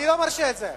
אני לא מרשה את זה.